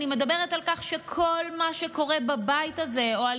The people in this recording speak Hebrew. אני מדברת על כך שכל מה שקורה בבית הזה או על